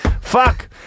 fuck